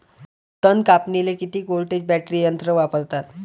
तन कापनीले किती व्होल्टचं बॅटरी यंत्र वापरतात?